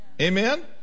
Amen